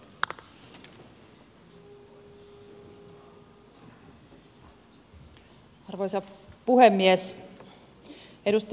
arvoisa puhemies